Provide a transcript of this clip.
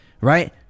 right